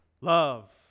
love